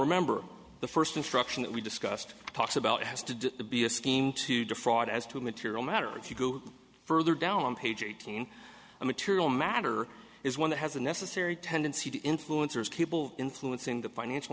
remember the first instruction that we discussed talks about has to be a scheme to defraud as to a material matter if you go further down on page eighteen the material matter is one that has a necessary tendency to influencers people influencing the financial